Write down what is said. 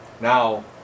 Now